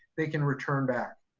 they can return back.